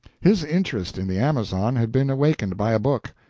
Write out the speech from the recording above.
his interest in the amazon had been awakened by a book.